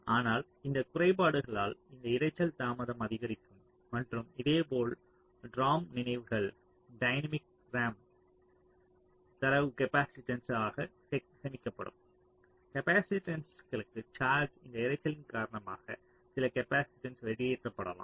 ஆனால் இந்த குறைபாடுகள்ல் இந்த இரைச்சல் தாமதம் அதிகரிக்கும் மற்றும் இதேபோல் DRAM நினைவுகள் டைனமிக் RAM தரவு காப்பாசிட்டன்ஸ் வாக சேமிக்கப்படும் காப்பாசிட்டன்ஸ்க்கு சார்ஜ் இந்த இரைச்சலின் காரணமாக சில காப்பாசிட்டன்ஸ் வெளியேற்றப்படலாம்